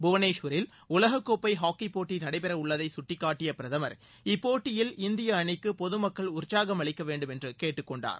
புவனேஸ்வரில் உலகக்கோப்பை ஹாக்கிப் போட்டி நடைபெறவுள்ளதை கடடிக்காட்டிய பிரதமர் இப்போட்டியில் இந்திய அணிக்கு பொதுமக்கள் உற்சாகம் அளிக்க வேண்டும் என்று கேட்டுக் கொண்டார்